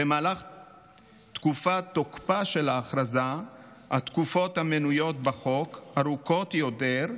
במהלך תקופת תוקפה של ההכרזה התקופות המנויות בחוק ארוכות יותר,